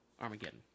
Armageddon